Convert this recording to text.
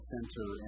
Center